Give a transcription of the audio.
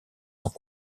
sont